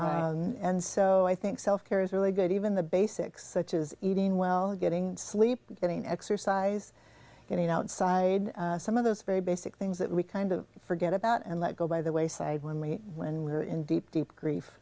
and so i think self care is really good even the basics such as eating well getting sleep getting exercise getting outside some of those very basic things that we kind of forget about and let go by the wayside when we when we're in deep deep grief